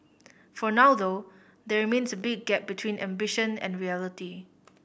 for now though there remains a big gap between ambition and reality